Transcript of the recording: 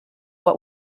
what